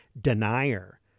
denier